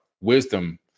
wisdom